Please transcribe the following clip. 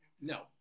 no